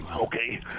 okay